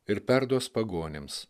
ir perduos pagonims